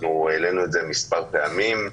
העלינו את זה מספר פעמים,